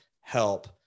help